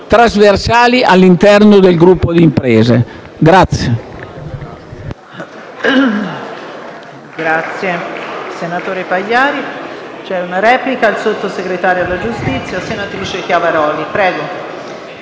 trasversali all'interno del gruppo di imprese.